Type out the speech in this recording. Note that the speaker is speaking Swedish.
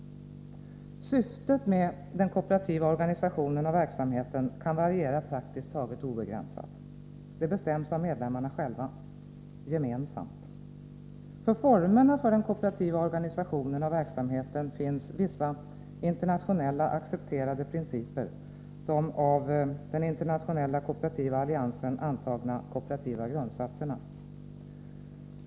Syftet med den kooperativa organisationen och verksamheten kan variera praktiskt taget obegränsat. Det bestäms av medlemmarna själva gemensamt. När det gäller formerna för den kooperativa organisationen av verksamheten finns vissa internationellt accepterade principer, de av den Internationella kooperativa aliansen antagna kooperativa grundsatserna.